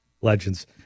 Legends